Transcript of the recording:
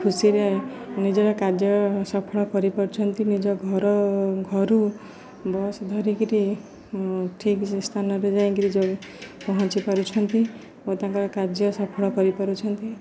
ଖୁସିରେ ନିଜର କାର୍ଯ୍ୟ ସଫଳ କରିପାରୁଛନ୍ତି ନିଜ ଘର ଘରୁ ବସ୍ ଧରିକିରି ଠିକ୍ ସ୍ଥାନରେ ଯାଇକିରି ଯ ପହଞ୍ଚି ପାରୁଛନ୍ତି ଓ ତାଙ୍କର କାର୍ଯ୍ୟ ସଫଳ କରିପାରୁଛନ୍ତି